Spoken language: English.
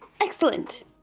Excellent